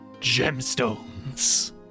gemstones